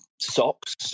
socks